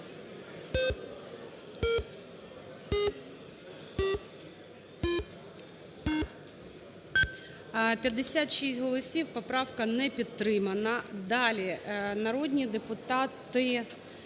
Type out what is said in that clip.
56 голосів. Поправка не підтримана. Далі. Народні депутати